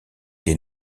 des